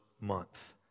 month